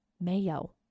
Mayo